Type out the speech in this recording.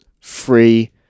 free